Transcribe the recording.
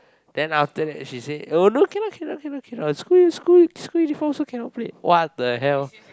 then after that she say oh no cannot cannot cannot cannot school U school U school uniform also cannot play what the hell